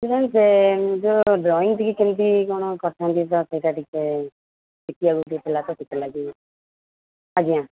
ମୁଁ ସେ ଯୋଉ ଡ୍ରଇଁ ଟିକେ କେମିତି କ'ଣ କରିଥାନ୍ତି ଟିକେ ସେଥିଲାଗି ଆଜ୍ଞା